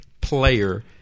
player